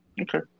Okay